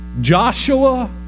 Joshua